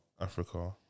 Africa